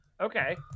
Okay